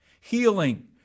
healing